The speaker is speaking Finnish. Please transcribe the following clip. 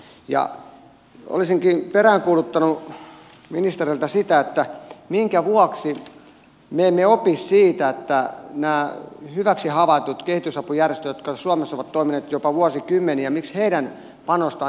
olisinkin peräänkuuluttanut ministeriltä sitä minkä vuoksi me emme opi siitä miksi hyväksi havaittujen kehitysapujärjestöjen jotka suomessa ovat toimineet jopa vuosikymmeniä panosta ei lisätä